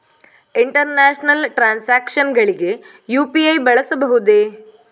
International transactions ಗಳಿಗೆ UPI ಬಳಸಬಹುದೇ?